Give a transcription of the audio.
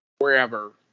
wherever